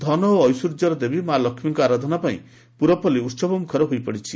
ଧନ ଓ ଐଶ୍ୱର୍ଯ୍ୟର ଦେବୀ ମା ଲକ୍ଷୀଙ୍ ଆରାଧନା ପାଇଁ ପୁରପଲ୍ଲୀ ଉହବମୁଖର ହୋଇପଡ଼ିଛି